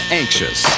anxious